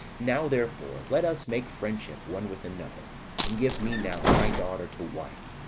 now, therefore, let us make friendship one with another and give me now thy daughter to wife,